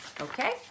okay